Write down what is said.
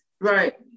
right